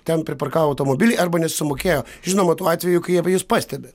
ten priparkavo automobilį arba nesusimokėjo žinoma tuo atveju kai jie jus pastebi